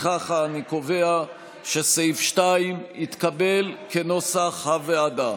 לפיכך אני קובע שסעיף 2 התקבל כנוסח הוועדה.